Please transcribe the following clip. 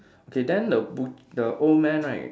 okay then the but~ the old man right